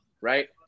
right